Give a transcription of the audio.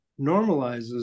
normalizes